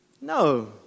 No